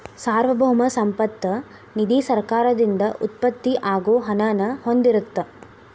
ಸಾರ್ವಭೌಮ ಸಂಪತ್ತ ನಿಧಿ ಸರ್ಕಾರದಿಂದ ಉತ್ಪತ್ತಿ ಆಗೋ ಹಣನ ಹೊಂದಿರತ್ತ